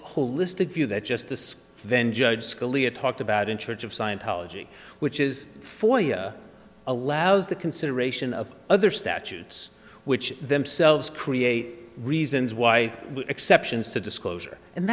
holistic view that justice then judge scalia talked about in church of scientology which is for you allows the consideration of other statutes which themselves create reasons why exceptions to disclosure and